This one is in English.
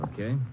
Okay